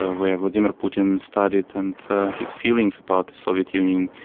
ah where vladimir putin studied, and his feelings about the soviet union,